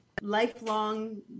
lifelong